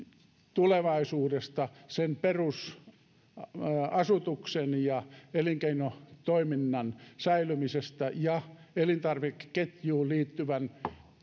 tulevaisuudesta sen perusasutuksen ja elinkeinotoiminnan säilymisestä ja elintarvikeketjuun liittyvien